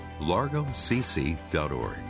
largocc.org